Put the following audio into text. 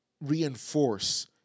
reinforce